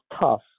tough